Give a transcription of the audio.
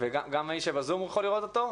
גם מי שבזום יכול לראות אותו?